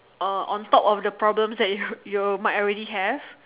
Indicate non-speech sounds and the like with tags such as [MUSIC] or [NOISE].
or on top of the problems that you [NOISE] you might already have